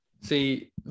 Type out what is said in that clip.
see